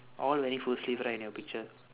all wearing full sleeve right in your picture